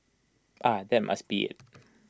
ah that must be IT